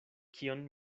kion